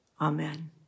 amen